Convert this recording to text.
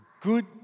good